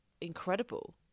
incredible